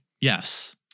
Yes